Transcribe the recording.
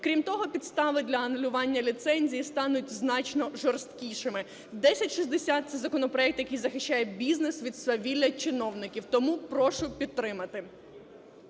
Крім того, підстави для анулювання ліцензії стануть значно жорсткішими. 1060 – це законопроект, який захищає бізнес від свавілля чиновників, тому прошу підтримати.